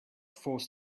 forced